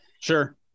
Sure